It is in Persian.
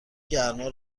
گرما